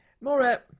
Maura